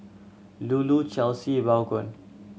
Lulu Chesley Vaughn